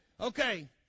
Okay